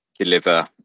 deliver